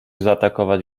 zaatakować